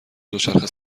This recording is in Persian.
دوچرخه